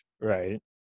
Right